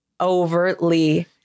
overtly